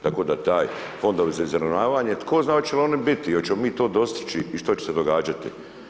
Tako da taj, fondovi za izravnavanje, tko zna hoće li oni biti i hoćemo li mi to dostići i što će se događati.